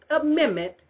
Amendment